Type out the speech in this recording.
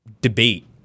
debate